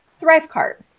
Thrivecart